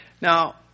Now